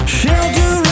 shelter